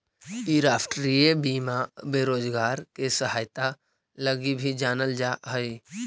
इ राष्ट्रीय बीमा बेरोजगार के सहायता लगी भी जानल जा हई